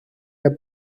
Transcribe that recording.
der